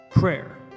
prayer